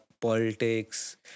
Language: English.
politics